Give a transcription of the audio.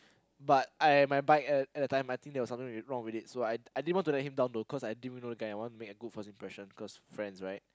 but I my bike at at that time there was something wr~ wrong with it I didn't want to let him down though because I didn't even know the guy I wanted to make a good impression cause friends right